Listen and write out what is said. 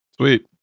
Sweet